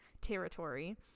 territory